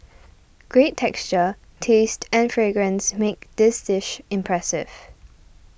great texture taste and fragrance make this dish impressive